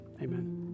Amen